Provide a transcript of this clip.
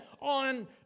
on